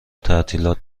تعطیلات